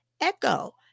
echo